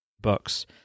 books